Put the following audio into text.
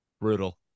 Brutal